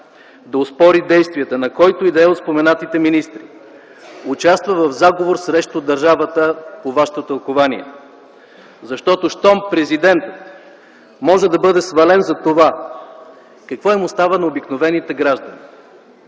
да оспори действията на който и да е от споменатите министри, участва в заговор срещу държавата, по вашето тълкувание. Защото щом президентът може да бъде свален за това, какво им остава на обикновените граждани!